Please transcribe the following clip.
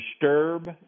disturb